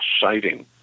sighting